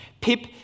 Pip